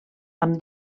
amb